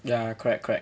ya correct correct